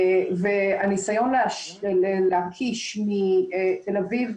והניסיון להקיש מתל אביב,